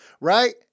Right